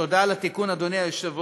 תודה על התיקון, אדוני היושב-ראש.